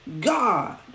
God